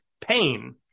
pain